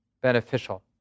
beneficial